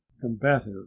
combative